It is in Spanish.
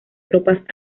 tropas